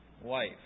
wife